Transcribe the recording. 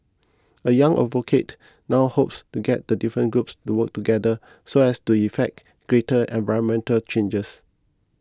a young advocate now hopes to get the different groups to work together so as to effect greater environmental changes